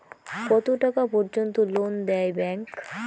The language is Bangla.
কত টাকা পর্যন্ত লোন দেয় ব্যাংক?